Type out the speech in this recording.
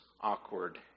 awkward